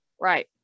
Right